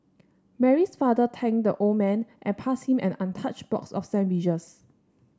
Mary's father thanked the old man and passed him an untouched box of sandwiches